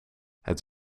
het